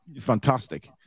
fantastic